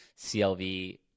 CLV